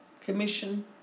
Commission